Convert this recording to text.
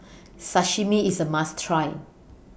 Sashimi IS A must Try